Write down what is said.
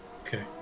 okay